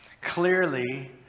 Clearly